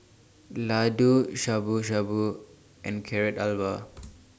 Ladoo Shabu Shabu and Carrot Halwa